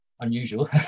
unusual